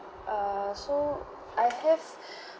err so I have